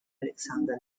alexander